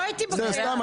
עזבי.